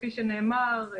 כפי שנאמר,